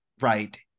right